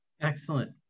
Excellent